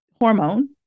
Hormone